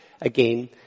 again